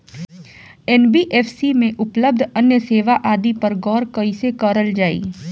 NBFC में उपलब्ध अन्य सेवा आदि पर गौर कइसे करल जाइ?